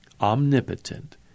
omnipotent